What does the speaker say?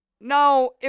now